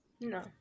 No